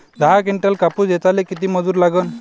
दहा किंटल कापूस ऐचायले किती मजूरी लागन?